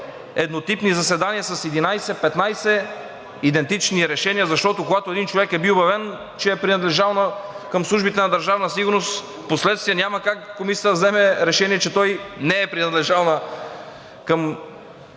еднотипни заседания с 11, 15 идентични решения, защото, когато един човек е бил обявен, че е принадлежал към службите на Държавна сигурност, впоследствие няма как Комисията да вземе решение, че той не е принадлежал към